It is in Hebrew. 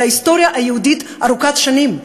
אל ההיסטוריה היהודית ארוכת השנים.